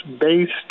based